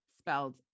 spelled